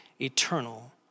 eternal